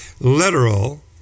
literal